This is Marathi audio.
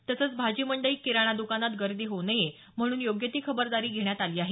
तसंच भाजी मंडई किराणा दुकानात गर्दी होऊ नये म्हणून योग्य ती खबरदारी घेण्यात आली आहे